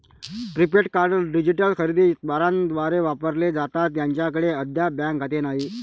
prepaid card digital खरेदी दारांद्वारे वापरले जातात ज्यांच्याकडे अद्याप बँक खाते नाही